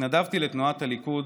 התנדבתי לתנועת הליכוד,